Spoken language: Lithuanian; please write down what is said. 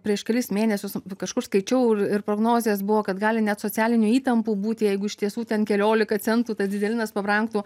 prieš kelis mėnesius kažkur skaičiau ir prognozės buvo kad gali net socialinių įtampų būti jeigu iš tiesų ten keliolika centų tas dyzelinas pabrangtų